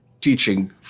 teaching